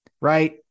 right